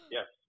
Yes